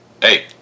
Hey